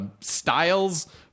styles